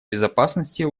безопасности